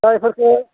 दा बेफोरखौ